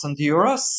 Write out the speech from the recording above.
euros